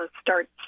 start